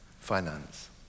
finance